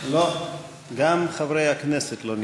גם חברי הכנסת לא נמצאים.